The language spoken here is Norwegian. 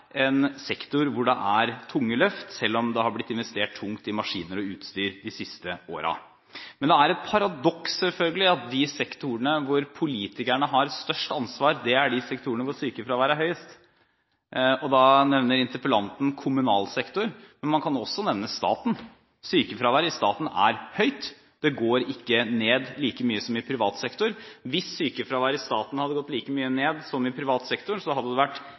en sektor med tunge løft, selv om det er investert tungt i maskiner og utstyr de siste årene. Men det er selvfølgelig et paradoks at de sektorene der politikerne har størst ansvar, er de sektorene der sykefraværet er høyest. Interpellanten nevner kommunal sektor, men man kan også nevne staten. Sykefraværet i staten er høyt, og det går ikke ned like mye som i privat sektor. Hvis sykefraværet i staten hadde gått like mye ned som i privat sektor, hadde det vært